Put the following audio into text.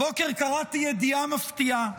הבוקר קראתי ידיעה מפתיעה,